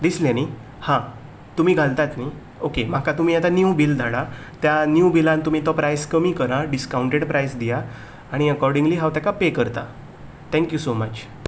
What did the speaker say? दिसले न्ही हा तुमी घालतात म्हणून न्ही ओके म्हाका तुमी आतां नीव बील धाडा त्या नीव बिलान तुमी तो प्रायस कमी करा डिसकावंटेज प्रायस दिया आनी एकोर्डिग्ली हांव तेका पे करता थँक्यू सो मच